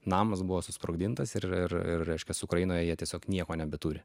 namas buvo susprogdintas ir ir ir reiškias ukrainoje jie tiesiog nieko nebeturi